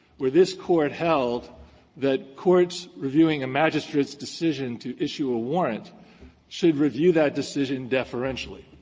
where this court held that courts reviewing a magistrate's decision to issue a warrant should review that decision deferentially.